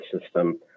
system